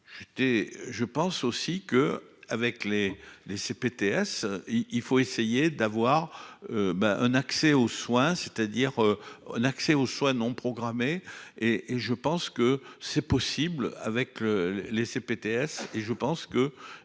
je pense aussi que avec les, les CPTS, il faut essayer d'avoir. Ben un accès aux soins. C'est-à-dire. Un accès aux soins non programmés. Et et je pense que c'est possible avec le laisser PTS et je pense que